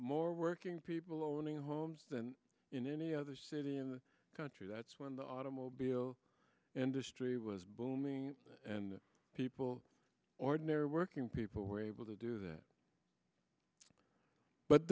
more working people owning homes than in any other city in the country that's when the automobile industry was booming and people ordinary working people were able to do that but